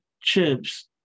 chips